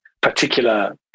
particular